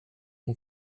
hon